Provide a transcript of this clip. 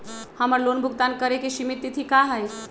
हमर लोन भुगतान करे के सिमित तिथि का हई?